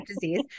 disease